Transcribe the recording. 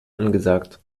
angesagt